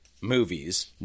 movies